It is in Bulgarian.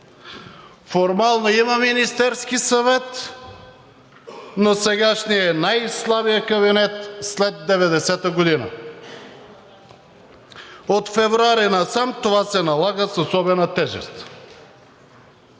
Формално има Министерски съвет, но сегашният е най-слабият кабинет след 1990 г. От февруари насам това се налага с особена тежест.